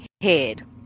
head